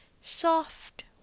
soft